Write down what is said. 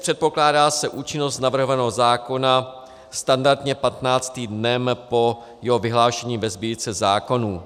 Předpokládá se účinnost navrhovaného zákona standardně 15. dnem po jeho vyhlášení ve Sbírce zákonů.